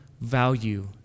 value